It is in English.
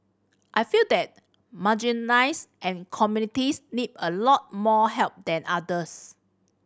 I feel that marginalize and communities need a lot more help than others